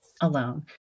alone